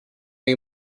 you